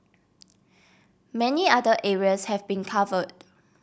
many other areas have been covered